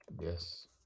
Yes